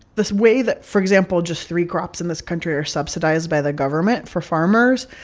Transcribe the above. this way that, for example, just three crops in this country are subsidized by the government for farmers,